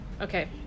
Okay